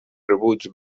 rebuig